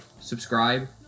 subscribe